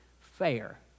fair